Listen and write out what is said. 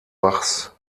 bachs